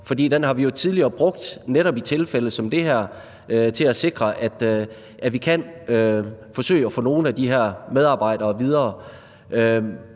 den har vi jo tidligere brugt netop i tilfælde som det her til at sikre, at vi kan forsøge at få nogle af de her medarbejdere videre.